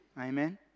Amen